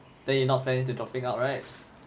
then you not planning to dropping out right